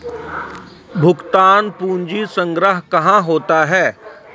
भुगतान पंजी संग्रह कहां होता हैं?